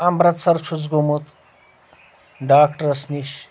امرتسر چھُس گوٚومُت ڈاکٹرس نِش